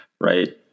Right